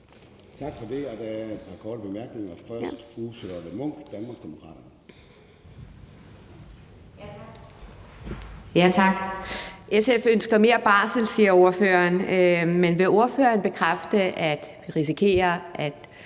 SF ønsker mere barsel, siger ordføreren, men vil ordføreren bekræfte, at vi risikerer, at